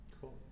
Cool